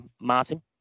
Martin